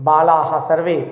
बालाः सर्वे